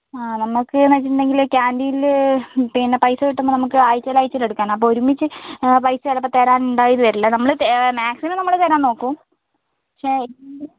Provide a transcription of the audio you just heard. ആ നമുക്കീന്ന് വെച്ചിട്ടുണ്ടെങ്കിൽ കാൻറ്റീനിൽ പിന്നെ പൈസ കിട്ടുമ്പോൾ നമുക്ക് ആഴ്ചേൽ ആഴ്ചേൽ എടുക്കാനാണ് അപ്പോൾ ഒരുമിച്ച് പൈസ ചിലപ്പോൾ തരാൻ ഉണ്ടായിന്നു വരില്ല നമ്മൾ മാക്സിമം നമ്മൾ തരാൻ നോക്കും പക്ഷേ